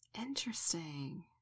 Interesting